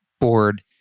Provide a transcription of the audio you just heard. board